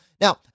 Now